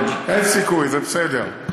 אין סיכוי, זה בסדר.